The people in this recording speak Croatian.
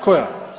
Koja?